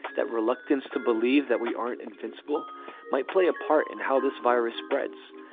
that reluctance to believe that we aren't invincible might play a part in how this virus spreads.